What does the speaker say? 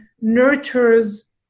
nurtures